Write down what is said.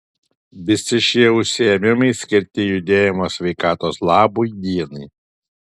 visi šie užsiėmimai skirti judėjimo sveikatos labui dienai